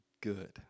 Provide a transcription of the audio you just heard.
good